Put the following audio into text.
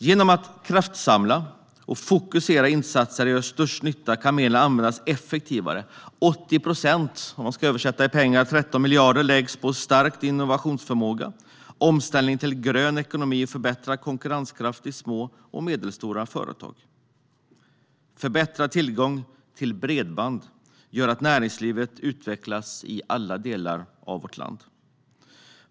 Genom att kraftsamla och fokusera insatser där de gör störst nytta kan medlen användas effektivare. 80 procent - 13 miljarder översatt i pengar - läggs på stärkt innovationsförmåga, omställning till en grön ekonomi och förbättrad konkurrenskraft i små och medelstora företag. Förbättrad tillgång till bredband gör att näringslivet utvecklas i alla delar av vårt land.